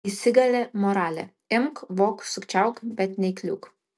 įsigali moralė imk vok sukčiauk bet neįkliūk